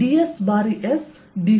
ds ಬಾರಿ S d